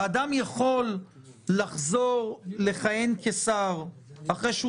האדם יכול לחזור לכהן כשר אחרי שהוא